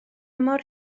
mor